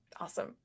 Awesome